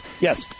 Yes